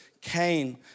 Cain